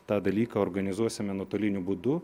tą dalyką organizuosime nuotoliniu būdu